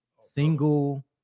single